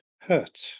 hurt